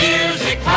Music